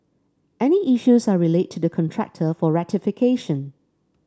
any issues are relayed to the contractor for rectification